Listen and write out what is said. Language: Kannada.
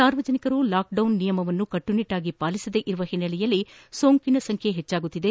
ಸಾರ್ವಜನಿಕರು ಲಾಕ್ಡೌನ್ ನಿಯಮಗಳನ್ನು ಕಟ್ಟುನಿಟ್ಟಾಗಿ ಪಾಲಿಸದೆ ಇರುವ ಹಿನ್ನೆಲೆಯಲ್ಲಿ ಸೋಂಕಿನ ಸಂಖ್ಯೆ ಹೆಚ್ಚಾಗುತ್ತಿದೆ